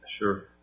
Sure